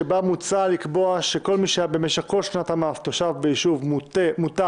שבה מוצע לקבוע שכל מי שהיה במשך כל שנת המס תושב ביישוב מוטב,